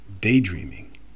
daydreaming